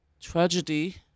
tragedy